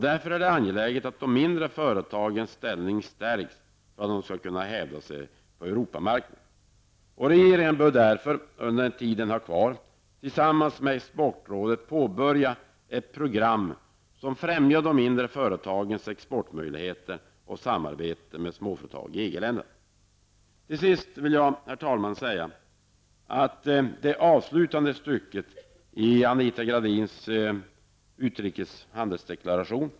Därför är det angeläget att de mindre företagens ställning stärks för att de skall kunna hävda sig på Regeringen bör därför -- under den tid den har kvar -- tillsammans med bl.a. Exportrådet påbörja utarbetandet av ett program som främjar de mindre företagens exportmöjligheter och samarbete med småföretag i EG-länderna. Herr talman! Till sist vill jag säga att jag till fullo kan instämma i det avslutande stycket i Anita Gradins utrikeshandelsdeklaration.